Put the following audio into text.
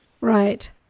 Right